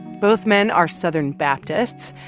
both men are southern baptists,